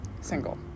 single